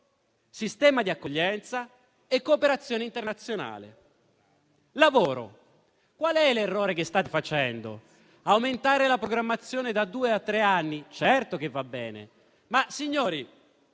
sistema di accoglienza e cooperazione internazionale. Per quanto concerne il lavoro, qual è l'errore che state facendo? Aumentare la programmazione da due a tre anni? Certo che va bene, ma, signori,